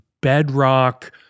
bedrock